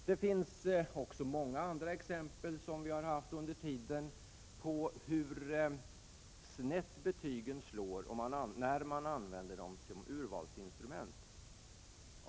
Det finns många andra exempel på hur snett betygen slår när man använder dem som urvalsinstrument.